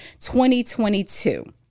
2022